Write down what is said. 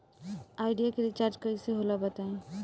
Idea के recharge कइसे होला बताई?